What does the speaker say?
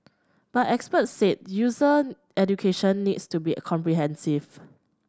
but experts said user education needs to be comprehensive